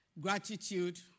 Gratitude